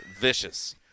vicious